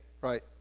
Right